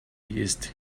east